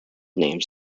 names